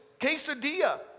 quesadilla